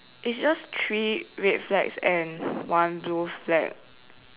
it's just three red flags and one blue flag